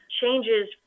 changes